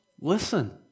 listen